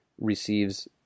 receives